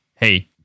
hey